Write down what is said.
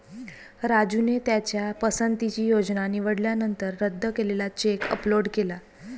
राजूने त्याच्या पसंतीची योजना निवडल्यानंतर रद्द केलेला चेक अपलोड केला